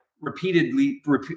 repeatedly